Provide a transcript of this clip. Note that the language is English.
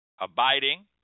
abiding